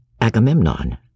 Agamemnon